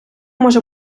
може